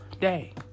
day